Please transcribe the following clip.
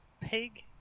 pig